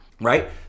right